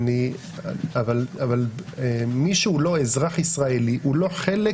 אבל מי שהוא לא אזרח ישראלי הוא לא חלק